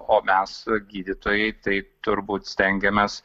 o mes gydytojai tai turbūt stengiamės